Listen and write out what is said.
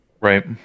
Right